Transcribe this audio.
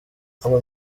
ntabwo